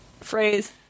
phrase